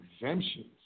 exemptions